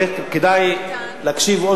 כדאי להקשיב,